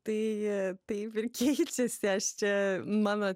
tai taip ir keičiasi aš čia mano